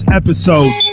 episode